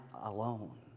alone